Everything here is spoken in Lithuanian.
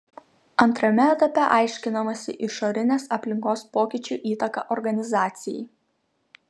antrame etape aiškinamasi išorinės aplinkos pokyčių įtaka organizacijai